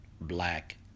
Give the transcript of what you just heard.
black